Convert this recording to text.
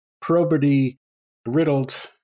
probity-riddled